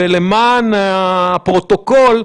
ולמען הפרוטוקול,